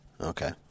Okay